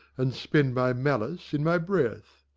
and spend my malice in my breath.